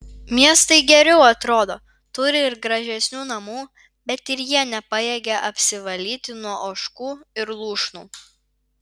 miestai geriau atrodo turi ir gražesnių namų bet ir jie nepajėgia apsivalyti nuo ožkų ir lūšnų